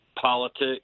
politics